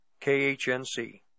KHNC